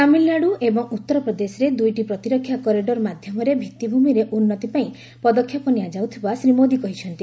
ତାମିଲନାଡୁ ଏବଂ ଉତ୍ତର ପ୍ରଦେଶରେ ଦୁଇଟି ପ୍ରତିରକ୍ଷା କରିଡର ମାଧ୍ୟମରେ ଭିଭି଼ମିରେ ଉନ୍ନତି ପାଇଁ ପଦକ୍ଷେପ ନିଆଯାଉଥିବା ଶ୍ରୀ ମୋଦୀ କହିଛନ୍ତି